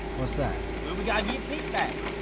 what's that? well we gotta get pete back.